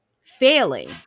failing